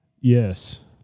yes